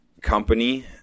company